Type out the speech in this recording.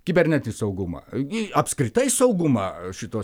kibernetinį saugumą apskritai saugumą šitos